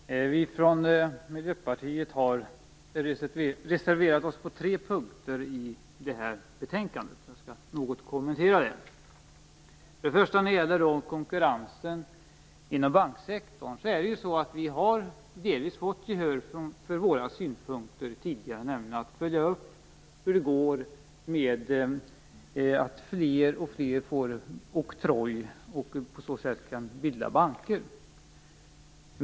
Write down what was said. Herr talman! Vi från Miljöpartiet har reserverat oss på tre punkter i betänkandet. Jag skall något kommentera dem. Den första punkten gäller konkurrensen inom banksektorn. Vi har delvis fått gehör för våra tidigare synpunkter, nämligen att följa upp hur det går när fler och fler får oktroj och kan bilda banker.